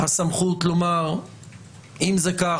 הסמכות לומר שאם זה כך,